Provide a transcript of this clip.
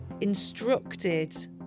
instructed